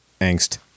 angst